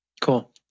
Cool